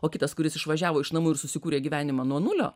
o kitas kuris išvažiavo iš namų ir susikūrė gyvenimą nuo nulio